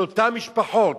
של אותן משפחות,